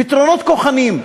פתרונות כוחניים.